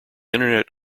internet